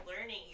learning